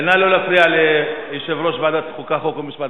נא לא להפריע ליושב-ראש החוקה, חוק ומשפט.